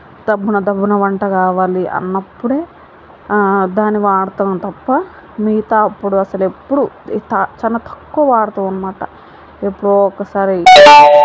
దబ్బున దబ్బున వంట కావాలి అన్నప్పుడే దాన్ని వాడతాము తప్ప మిగతా అప్పుడు అసలు ఎప్పుడు చాలా తక్కువ వాడతాము అన్నమాట ఎప్పుడో ఒకసారి